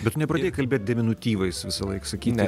bet tu nepradėjai kalbėt deminutyvais visąlaik sakyti